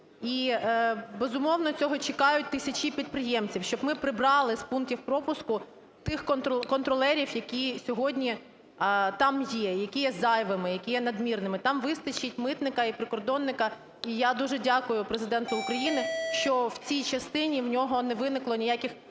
І, безумовно, цього чекають тисячі підприємців, щоб ми прибрали з пунктів пропуску тих контролерів, які сьогодні там є, які є зайвими, які є надмірними. Там вистачить митника і прикордонника. І я дуже дякую Президенту України, що в цій частині в нього не виникло ніяких